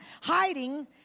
hiding